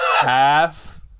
half